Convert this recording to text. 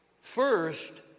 first